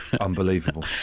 unbelievable